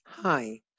Hi